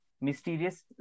Mysterious